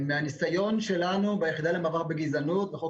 מהניסיון שלנו ביחידה למאבק בגזענות בחוק